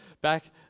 back